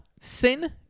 Sin